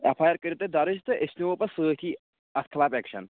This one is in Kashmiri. ایٚف آی آر کٔرِو تُہۍ درٕج تہٕ أسۍ نِمو پَتہٕ سۭتی اَتھ خِلاف اٮ۪کشَن